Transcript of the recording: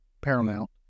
paramount